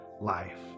life